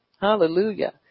Hallelujah